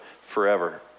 forever